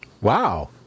Wow